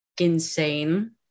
insane